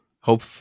hope